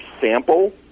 sample